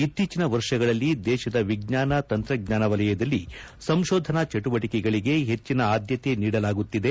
ಇತ್ತೀಚಿನ ವರ್ಷಗಳಲ್ಲಿ ದೇಶದ ವಿಜ್ಞಾನ ತಂತ್ರಜ್ಞಾನ ವಲಯದಲ್ಲಿ ಸಂಶೋಧನಾ ಚಟುವಟಿಕೆಗಳಿಗೆ ಹೆಚಿನ ಆದ್ಯತೆ ನೀಡಲಾಗುತ್ತಿದೆ